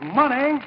money